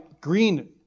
Green